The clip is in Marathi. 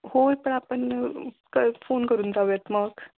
होय पण आपण क फोन करून जाऊयात मग